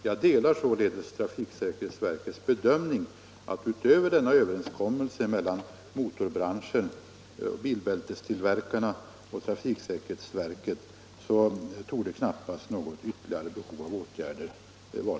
Jag delar således trafiksäkerhetsverkets bedömning att det, utöver denna överenskommelse mellan motorbranschen, bilbältestillverkarna och trafiksäkerhetsverket, knappast torde vara påkallat med ytterligare åtgärder.